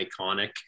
iconic